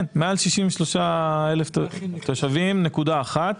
מעל 63,000 תושבים נקודה אחת.